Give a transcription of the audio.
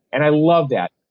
and i love that.